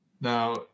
Now